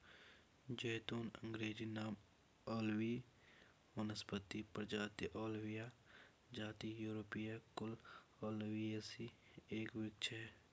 ज़ैतून अँग्रेजी नाम ओलिव वानस्पतिक प्रजाति ओलिया जाति थूरोपिया कुल ओलियेसी एक वृक्ष है